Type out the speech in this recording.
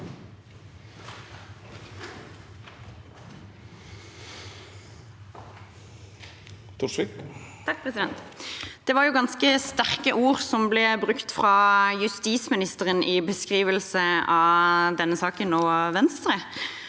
Det var ganske sterke ord som ble brukt fra justisministeren i beskrivelse av denne saken og av Venstre.